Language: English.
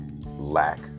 lack